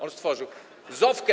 On stworzył ZOF-kę.